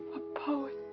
poet.